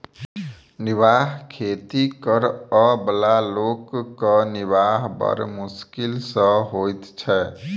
निर्वाह खेती करअ बला लोकक निर्वाह बड़ मोश्किल सॅ होइत छै